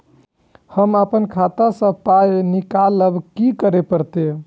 हम आपन खाता स पाय निकालब की करे परतै?